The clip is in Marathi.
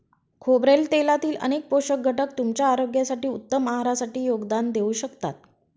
खोबरेल तेलातील अनेक पोषक घटक तुमच्या आरोग्यासाठी, उत्तम आहारासाठी योगदान देऊ शकतात